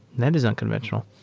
that is unconventional.